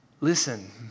Listen